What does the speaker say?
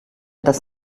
das